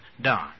done